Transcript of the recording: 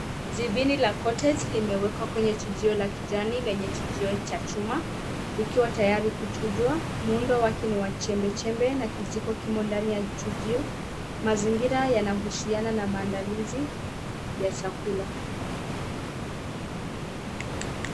Jibini la Cottage limewekwa kwenye chujio la kijani lenye chujio cha chuma likiwa tayari kuchujwa. Muundo wake ni wa chembechembe na kijiko kimo ndani ya chujio. Mazingira yanahusiana na maandalizi ya chakula.